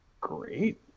great